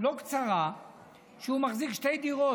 לא קצרה שבה הוא מחזיק שתי דירות,